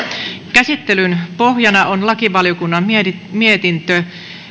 käsittelyn pohjana on lakivaliokunnan mietintö mietintö